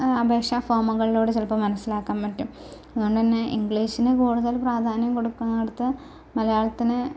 അപേഷ ഫോമുകൾലൂടെ ചിലപ്പം മൻസ്സിലാക്കാൻ പറ്റും അതുകൊണ്ട് തന്നെ ഇംഗ്ലീഷിന് കൂടുതൽ പ്രാധാന്യം കൊടുക്കുന്നോടത്ത് മലയാളത്തിന്